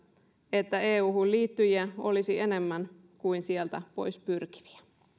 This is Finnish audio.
että euhun liittyjiä olisi enemmän kuin sieltä pois pyrkiviä